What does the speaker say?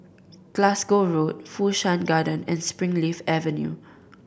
Glasgow Road Fu Shan Garden and Springleaf Avenue